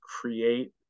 create